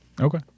Okay